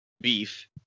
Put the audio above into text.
beef